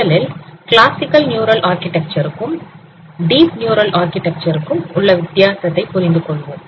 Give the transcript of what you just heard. முதலில் classical neural architecture க்கும் deep neural architecture க்கும் உள்ள வித்தியாசத்தை புரிந்து கொள்வோம்